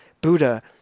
Buddha